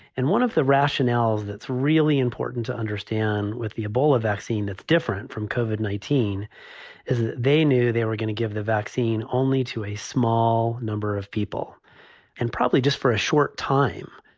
and one of the rationales that's really important to understand with the ebola vaccine that's different from covered nineteen is that they knew they were going to give the vaccine only to a small number of people and probably just for a short time.